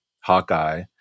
Hawkeye